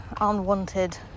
unwanted